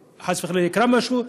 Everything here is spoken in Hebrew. שחס וחלילה לא יקרה משהו,